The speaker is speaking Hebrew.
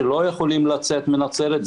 שלא יכולים לצאת מנצרת.